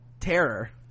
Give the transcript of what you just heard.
terror